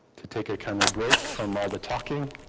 to take a kind of break from all the talking